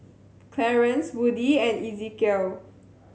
Clarance Woody and Ezekiel